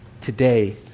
today